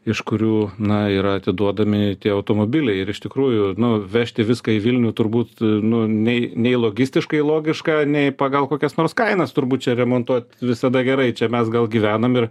iš kurių na yra atiduodami tie automobiliai ir iš tikrųjų nu vežti viską į vilnių turbūt nu nei nei logistikai logiška nei pagal kokias nors kainas turbūt čia remontuot visada gerai čia mes gal gyvenam ir